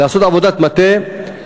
לעשות עבודת מטה.